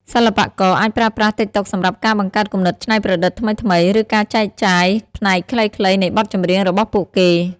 សិល្បករអាចប្រើប្រាស់តិកតុកសម្រាប់ការបង្កើតគំនិតច្នៃប្រឌិតថ្មីៗ ឬការចែកចាយផ្នែកខ្លីៗនៃបទចម្រៀងរបស់ពួកគេ។